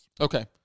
Okay